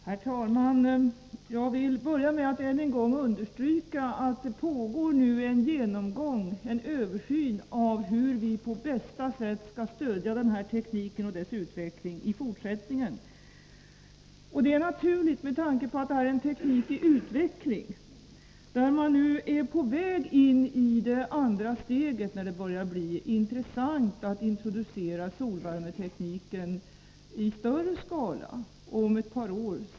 Herr talman! Jag vill börja med att än en gång understryka att det nu pågår en översyn av hur vi i fortsättningen på bästa sätt skall stödja denna teknik och dess utveckling. Det är naturligt med tanke på att det är en teknik i utveckling. Man är nu på väg in i det andra skedet när det håller på att bli intressant att introducera solvärmetekniken i större skala, vilket skall ske senast om ett par år.